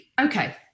okay